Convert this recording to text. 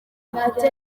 afite